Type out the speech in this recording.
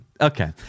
Okay